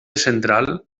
central